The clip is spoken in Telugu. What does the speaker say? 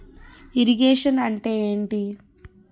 ఇరిగేషన్ అంటే ఏంటీ?